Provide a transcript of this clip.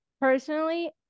Personally